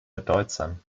bedeutsam